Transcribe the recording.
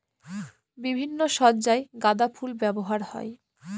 বিভিন্ন সজ্জায় গাঁদা ফুল ব্যবহার হয়